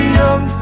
young